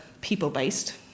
people-based